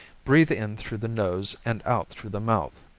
breathe in through the nose and out through the mouth.